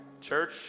Church